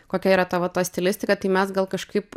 kokia yra tavo ta stilistika tai mes gal kažkaip